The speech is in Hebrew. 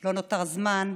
לא נותר זמן,